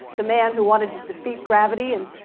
the man who wanted to defeat gravity and